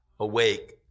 awake